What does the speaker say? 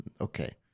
okay